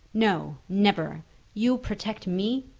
no never you protect me!